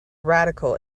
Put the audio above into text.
radical